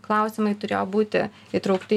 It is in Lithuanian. klausimai turėjo būti įtraukti